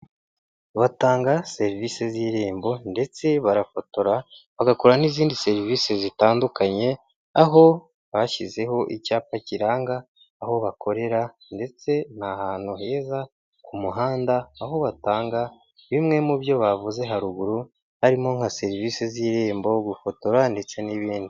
Batanga serivisi z'irembo ndetse barafotora, bagakora n'izindi serivisi zitandukanye, aho bashyizeho icyapa kiranga aho bakorera ndetse ni ahantu heza ku muhanda, aho batanga bimwe mu byo bavuze haruguru, harimo nka serivisi z'Irembo, gufotora ndetse n'ibindi.